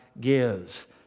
gives